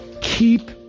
Keep